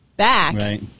back